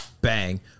Bang